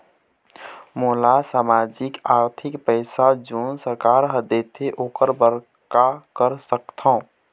मोला सामाजिक आरथिक पैसा जोन सरकार हर देथे ओकर बर का कर सकत हो?